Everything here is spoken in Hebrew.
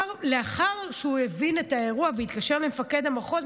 לאחר שהוא הבין את האירוע והתקשר למפקד המחוז,